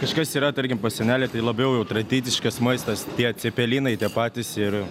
kažkas yra tarkim pas senelę tai labiau jau tradiciškas maistas tie cepelinai tie patys ir